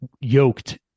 yoked